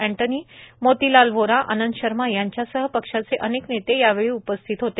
Antony Motilal Vora Anand Sharma यांच्यासह पक्षाचे अनेक नेते उपस्थित होते